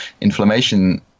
inflammation